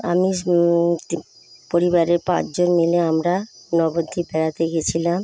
আমি পরিবারের পাঁচজন মিলে আমরা নবদ্বীপ বেড়াতে গিয়েছিলাম